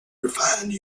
refined